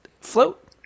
float